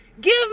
Give